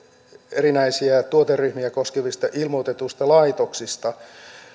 erinäisiä tuoteryhmiä koskevista ilmoitetuista laitoksista